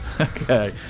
okay